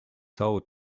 sold